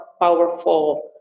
powerful